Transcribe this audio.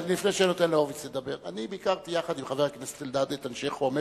אני ביקרתי יחד עם חבר הכנסת אלדד את אנשי חומש,